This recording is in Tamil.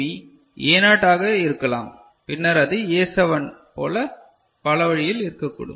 பி A நாட் ஆக இருக்கலாம் பின்னர் அது ஏ 7 போல பல வழியில் இருக்கக்கூடும்